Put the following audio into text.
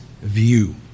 view